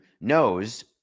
knows